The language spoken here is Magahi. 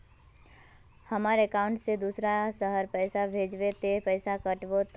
हमर अकाउंट से दूसरा शहर पैसा भेजबे ते पैसा कटबो करते?